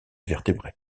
vertébrés